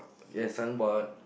yes I'm bored